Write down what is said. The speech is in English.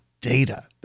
data